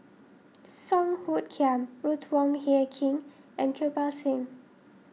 Song Hoot Kiam Ruth Wong Hie King and Kirpal Singh